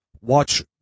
watch